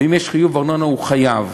ואם יש חיוב ארנונה, הוא חייב.